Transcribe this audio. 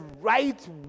right